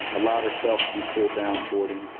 allowed herself to be pulled down toward him,